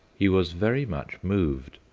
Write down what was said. he was very much moved,